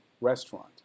restaurant